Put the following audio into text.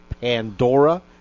Pandora